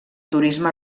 turisme